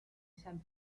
san